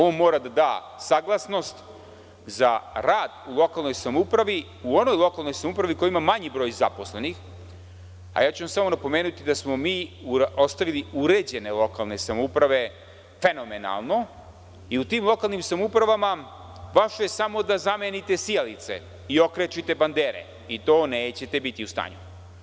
On mora da da saglasnost za rad u lokalnoj samoupravi, u onoj lokalnoj samoupravi koja ima manji broj zaposlenih, a ja ću vam samo napomenuti da smo mi ostavili uređene lokalne samouprave fenomenalno i u tim lokalnim samoupravama vaše je samo da zamenite sijalice i okrečite bandere i to nećete biti u stanju.